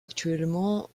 actuellement